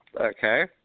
Okay